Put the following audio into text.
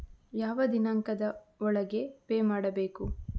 ಯಾವ ದಿನಾಂಕದ ಒಳಗೆ ಪೇ ಮಾಡಬೇಕು?